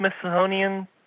Smithsonian